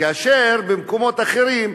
כאשר במקומות אחרים,